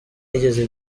yigeze